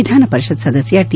ವಿಧಾನಪರಿಷತ್ ಸದಸ್ಕ ಟಿ